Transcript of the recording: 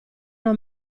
una